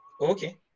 Okay